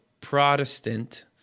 Protestant